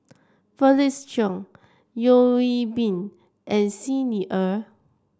Felix Cheong Yeo Hwee Bin and Xi Ni Er